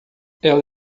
ela